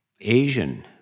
Asian